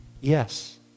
Yes